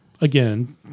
again